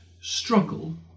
struggle